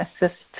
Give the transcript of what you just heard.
assist